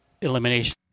elimination